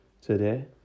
today